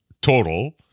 total